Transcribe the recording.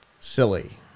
silly